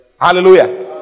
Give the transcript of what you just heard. Hallelujah